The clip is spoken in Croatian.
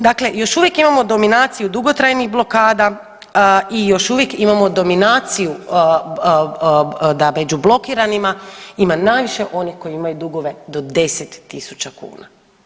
Dakle, još uvijek imamo dominaciju dugotrajnih blokada i još uvijek imamo dominaciju da među blokiranima ima najviše onih koji imaju dugove do 10.000 kuna.